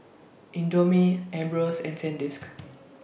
Indomie Ambros and Sandisk